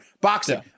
boxing